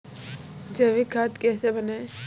जैविक खाद कैसे बनाएँ?